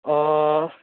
ꯑꯣ